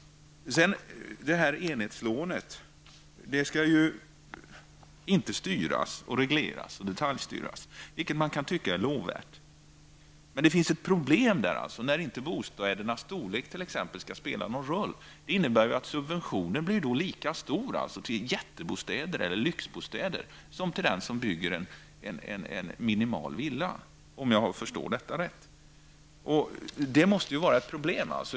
Det s.k. enhetslånet skall ju inte detaljstyras och regleras, vilket man kan tycka är lovvärt. Men det finns ett problem i detta sammanhang, t.ex. att bostädernas storlek inte skall spela någon roll. Om jag har förstått detta innebär det ju att subventionen blir lika stor för den som bygger en jättestor lyxbostad som för den som bygger en minimal villa. Detta måste vara ett problem.